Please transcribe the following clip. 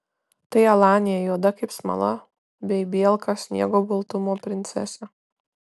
tai alanija juoda kaip smala bei bielka sniego baltumo princesė